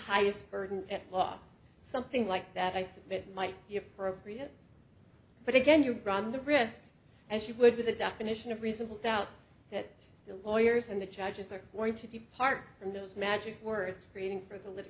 highest burden at law or something like that i said it might be appropriate but again you run the risk as you would with the definition of reasonable doubt that the lawyers and the judges are going to depart from those magic words creating for the lit